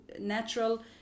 natural